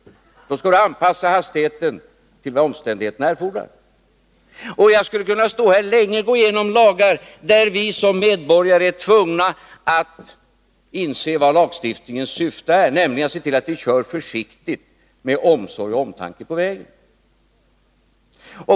Då skall man anpassa hastigheten till vad omständigheterna kräver. Jag skulle kunna stå här länge och gå igenom lagar, där vi som medborgare är tvungna att inse vad lagstiftningens syfte är, nämligen i det fall jag nämnt att se till att vi kör försiktigt på vägen, med omsorg och omtanke.